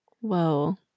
Whoa